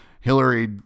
Hillary